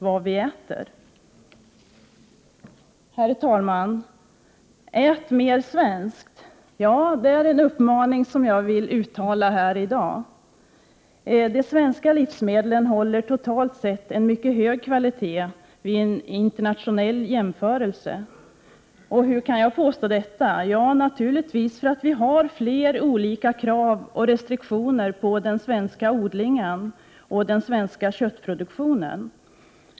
Herr talman! Ät mera svenskt! Det är min uppmaning här i dag. De svenska livsmedlen håller totalt sett en mycket hög kvalitet vid en internationell jämförelse. Hur kan jag då påstå detta? Ja, naturligtvis därför att det finns flera olika krav och restriktioner när det gäller både den svenska odlingen och den svenska köttproduktionen.